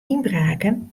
ynbraken